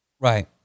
Right